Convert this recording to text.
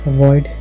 Avoid